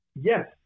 yes